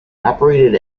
operated